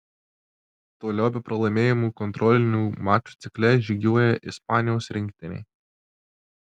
toliau be pralaimėjimų kontrolinių mačų cikle žygiuoja ispanijos rinktinė